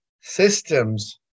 systems